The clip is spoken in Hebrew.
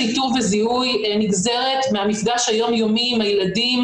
איתור וזיהוי נגזרת מהמפגש היום יומי עם הילדים.